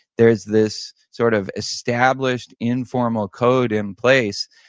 there's this sort of established informal code in place,